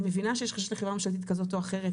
אני מבינה שיש חששות לחברה ממשלתית כזאת או אחרת